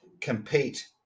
compete